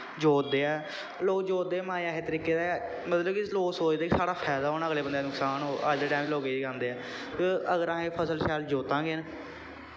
जोतते ऐ लोग जोतते बी माएं ऐसे तरीके दा मतलब कि लोग सोचदे साढ़ा फायदा होऐ अगले बंदे दा नुकसान होऐ अज्ज दे टैम च लोक इ'यै चांह्दे ऐ ते अगर अस फसल शैल जोत्तां गे ना